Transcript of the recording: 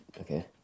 Okay